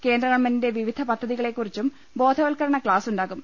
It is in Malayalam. കേന്ദ്ര ഗവൺമെന്റിന്റെ വിവിധ പദ്ധതികളെക്കുറിച്ചും ബോധവത്കരണ ക്ലാസ്സുണ്ടാകും